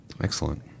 Excellent